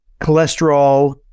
cholesterol